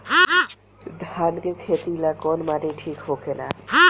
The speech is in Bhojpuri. धान के खेती ला कौन माटी ठीक होखेला?